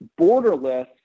Borderless